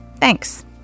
Thanks